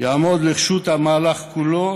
יעמדו לרשות המהלך כולו